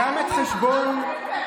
אני, בטוויטר.